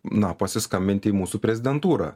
na pasiskambinti į mūsų prezidentūrą